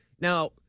Now